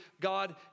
God